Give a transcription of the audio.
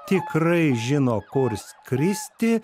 tikrai žino kur skristi